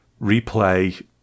replay